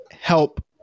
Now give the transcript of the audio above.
help